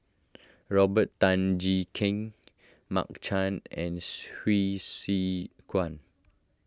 Robert Tan Jee Keng Mark Chan and Hsu Tse Kwang